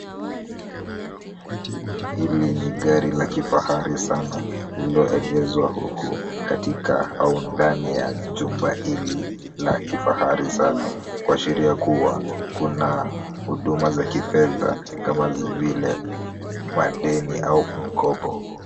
Hili ni gari la kifahari sana lililoegeshwa huku katika au ndani ya jumba hili la kifahari sana kuashiria kuwa kuna huduma za kifedha kama vile madeni au mkopo.